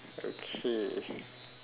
okay